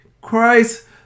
Christ